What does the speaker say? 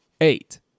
Eight